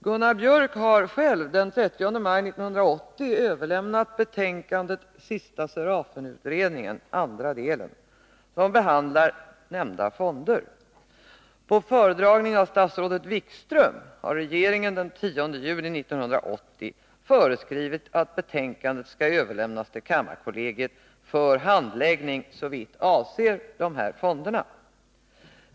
Gunnar Biörck har själv den 30 maj 1980 överlämnat betänkandet Sista Serafenutredningen, andra delen, vilket behandlar nämnda fonder. På föredragning av statsrådet Wikström har regeringen den 10 juni 1980 föreskrivit att betänkandet skall överlämnas till kammarkollegiet för handläggning såvitt avser dessa fonder.